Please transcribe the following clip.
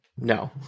No